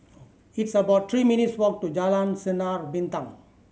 it's about three minutes' walk to Jalan Sinar Bintang